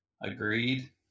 Agreed